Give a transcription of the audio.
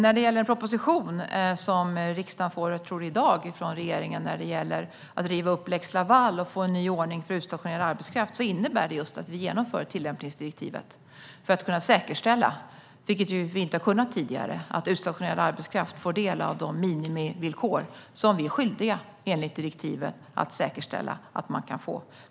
När det gäller den proposition som riksdagen får från regeringen i dag, tror jag, och som handlar om att riva upp lex Laval och få en ny ordning för utstationerad arbetskraft innebär den just att vi genomför tillämpningsdirektivet för att kunna säkerställa att utstationerad arbetskraft får del av de minimivillkor vi enligt direktivet är skyldiga att säkerställa. Det har vi inte kunnat tidigare.